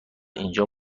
اینجا